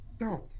No